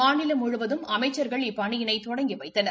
மாநிலம் முழுவதும் அமைச்சர்கள் இப்பணியினை தொடங்கி வைத்தனர்